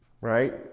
Right